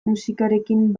musikarekin